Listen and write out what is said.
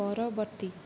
ପରବର୍ତ୍ତୀ